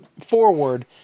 forward